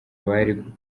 abari